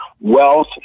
wealth